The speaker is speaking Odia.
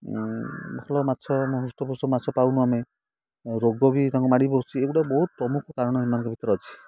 ଭଲ ମାଛ ହୃଷ୍ଟପୃଷ୍ଟ ମାଛ ପାଉନୁ ଆମେ ରୋଗ ବି ତାଙ୍କୁ ମାଡ଼ି ବସୁଛି ଏଗୁଡ଼ାକ ବହୁତ ପ୍ରମୁଖ କାରଣ ଏମାନଙ୍କ ଭିତରେ ଅଛି